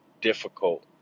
difficult